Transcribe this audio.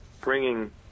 bringing